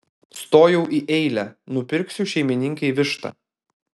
stojau į eilę nupirksiu šeimininkei vištą